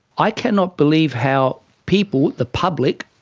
i cannot believe how people, the public,